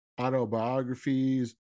autobiographies